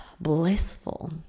blissful